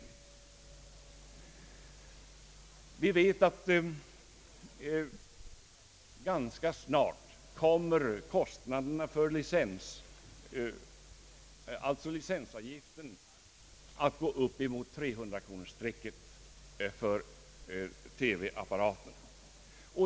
Vi vet att kostnaderna för licensavgiften ganska snart kommer att gå upp till 300-kronorsstrecket.